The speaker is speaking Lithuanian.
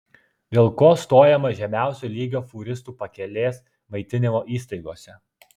dėl ko stojama žemiausio lygio fūristų pakelės maitinimo įstaigose